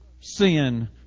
sin